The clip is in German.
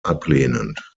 ablehnend